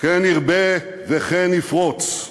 כן ירבה וכן יפרוץ.